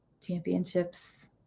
championships